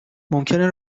ممکنه